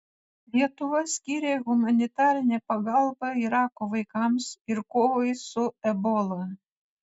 lietuva skyrė humanitarinę pagalbą irako vaikams ir kovai su ebola